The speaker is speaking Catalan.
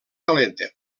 calenta